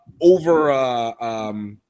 Over